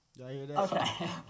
Okay